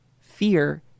fear